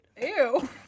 ew